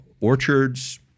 orchards